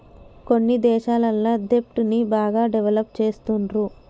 కొన్ని దేశాలల్ల దెబ్ట్ ని బాగా డెవలప్ చేస్తుండ్రు